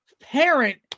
parent